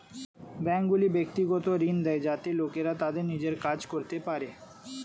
ব্যাঙ্কগুলি ব্যক্তিগত ঋণ দেয় যাতে লোকেরা তাদের নিজের কাজ করতে পারে